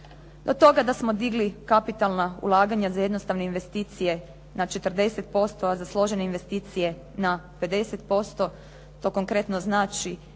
do toga da smo digli kapitalna ulaganja za jednostavne investicije na 40%, a za složene investicije na 50%. To konkretno znači